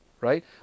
right